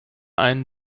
einen